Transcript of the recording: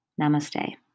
Namaste